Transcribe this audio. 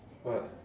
what